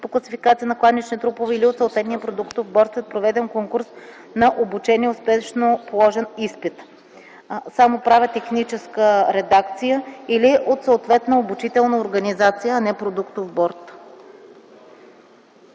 по класификация на кланични трупове, или от съответния продуктов борд след проведен курс на обучение и успешно положен изпит.” Само правя техническа редакция: „или от съответна обучителна организация”, а не „продуктов борд”.